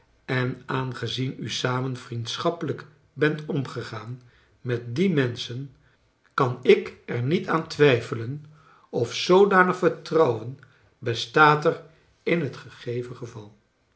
en aangezien u samen vriendschappelijk bent omgegaan met die menschen kan ik er niet aan twijfelen of zoodanig vertrouwen bestaat er in het gegeven geval